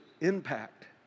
impact